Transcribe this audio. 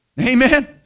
Amen